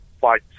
fight